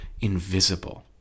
invisible